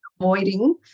avoiding